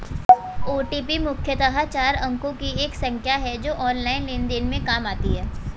OTP मुख्यतः चार अंकों की एक संख्या है जो ऑनलाइन लेन देन में काम आती है